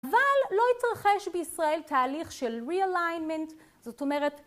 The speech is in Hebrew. אבל לא התרחש בישראל תהליך של re-alignment, זאת אומרת...